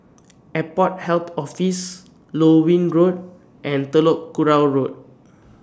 Airport Health Office Loewen Road and Telok Kurau Road